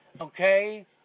okay